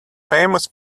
famous